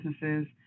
businesses